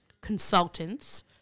consultants